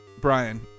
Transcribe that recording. Brian